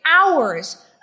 hours